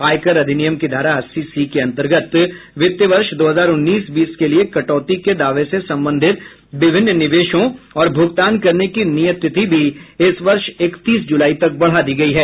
आयकर अधिनियम की धारा अस्सी सी के अंतर्गत वित्त वर्ष दो हजार उन्नीस बीस के लिए कटौती के दावे से संबंधित विभिन्न निवेशों और भूगतान करने की नियत तिथि भी इस वर्ष इकतीस जुलाई तक बढ़ा दी गई है